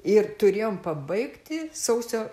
ir turėjom pabaigti sausio